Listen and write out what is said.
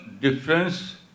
difference